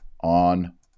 on